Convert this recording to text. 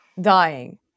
dying